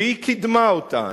שהיא קידמה אותן,